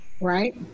right